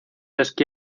esquí